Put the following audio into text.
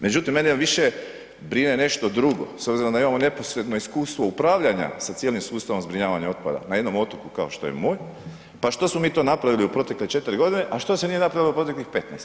Međutim mene više brine nešto drugo s obzirom da imamo neposredno iskustvo upravljanja sa cijelim sustavom zbrinjavanja otpada na jednom otoku kao što je moj, pa što smo mi to napravili u protekle 4 g. a što se nije napravilo u proteklih 15?